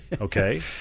Okay